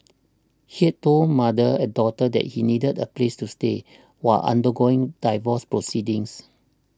he had told mother and daughter that he needed a place to stay while undergoing divorce proceedings